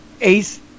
Ace